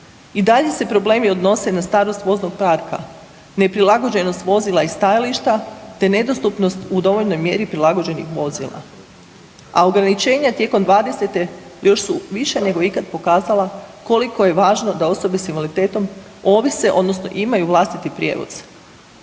I dalje se problemi odnose na starost voznog parka, neprilagođenost vozila i stajališta, te nedostupnost u dovoljnoj mjeri prilagođenih vozila, a ograničenja tijekom '20.-te još su više nego ikad pokazala koliko je važno da osobe s invaliditetom ovise odnosno imaju vlastiti prijevoz.